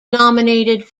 nominated